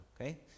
Okay